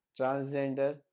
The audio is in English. transgender